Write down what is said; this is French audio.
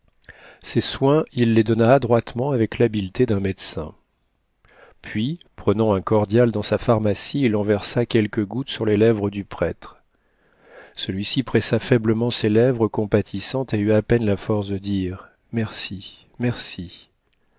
ces soins il les donna adroitement avec l'habileté d'un médecin puis prenant un cordial dans sa pharmacie il en versa quelques gouttes sur les lèvres du prêtre celui-ci pressa faiblement ses lèvres compatissantes et eut à peine la force de dire merci merci